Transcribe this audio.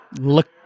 Look